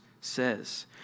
says